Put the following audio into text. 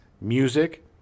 music